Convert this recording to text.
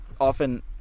often